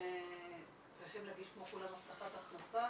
הם צריכים להגיש כמו כולם הבטחת הכנסה.